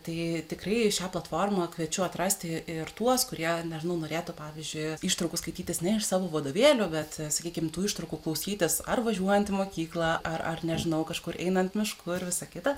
tai tikrai šią platformą kviečiu atrasti ir tuos kurie nežinau norėtų pavyzdžiui ištraukų skaitytis ne iš savo vadovėlio bet sakykim tų ištraukų klausytis ar važiuojant į mokyklą ar ar nežinau kažkur einant mišku ir visa kita